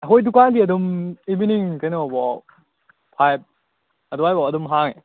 ꯑꯩꯈꯣꯏ ꯗꯨꯀꯥꯟꯗꯤ ꯑꯗꯨꯝ ꯏꯚꯤꯅꯤꯡ ꯀꯩꯅꯣꯐꯧ ꯐꯥꯏꯚ ꯑꯗꯨꯋꯥꯏꯐꯧ ꯑꯗꯨꯝ ꯍꯥꯡꯉꯦ